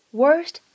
worst